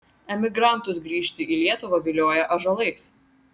emigrantus grįžti į lietuvą vilioja ąžuolais